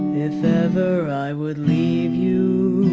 if ever i would leave you,